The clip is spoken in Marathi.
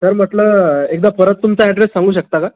सर म्हटलं एकदा परत तुमचा ॲड्रेस सांगू शकता का